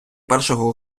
першого